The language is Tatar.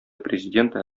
президенты